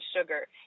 sugar